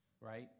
Right